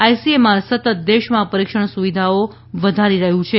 ICMR સતત દેશમાં પરીક્ષણ સુવિધાઓ વધારી રહ્યું છે